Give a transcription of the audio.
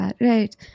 right